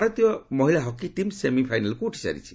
ଭାରତୀୟ ମହିଳା hockey team ସେମିଫାଇନାଲ୍କୁ ଉଠିସାରିଛି